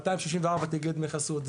3,600 דיווחים על בריונות בכבישים,